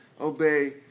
obey